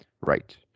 Right